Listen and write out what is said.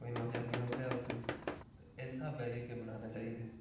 कोई मज़ा नी औंदा ओह्दे च ते इस स्हाबै जेह्के बनाने चाहिदे